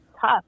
tough